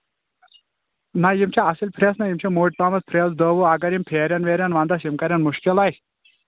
نہ یِم چھِ اَصٕل پھرٛیٚس یِم چھِ موٚٹۍ پَہم پھرٛیٚس دَہ وُہ اَگر یِم پھیرَن ویٚرن وَنٛدَس یِم کرَن مُشکِل اَسہِ